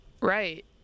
right